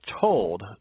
told